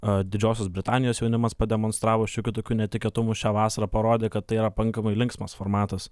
a didžiosios britanijos jaunimas pademonstravo šiokių tokių netikėtumų šią vasarą parodė kad tai yra pakankamai linksmas formatas